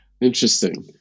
Interesting